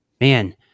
man